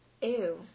Ew